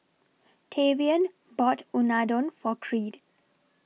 Tavion bought Unadon For Creed